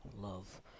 love